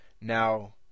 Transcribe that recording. now